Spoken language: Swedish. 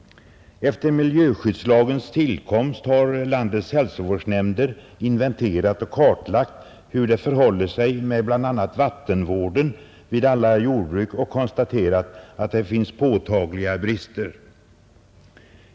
Efter miljöskyddslagens tillkomst har landets hälsovårdsnämnder inventerat och kartlagt hur det förhåller sig med bl.a. vattenvården vid alla jordbruk och konstaterat att det finns påtagliga brister.